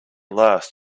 last